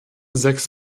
sechs